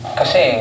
kasi